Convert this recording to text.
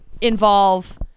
involve